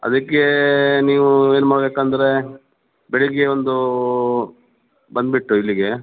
ಅದಕ್ಕೆ ನೀವು ಏನು ಮಾಡಬೇಕಂದ್ರೆ ಬೆಳಿಗ್ಗೆ ಒಂದು ಬಂದುಬಿಟ್ಟು ಇಲ್ಲಿಗೆ